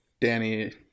Danny